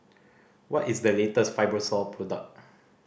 what is the latest Fibrosol product